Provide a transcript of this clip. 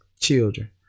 children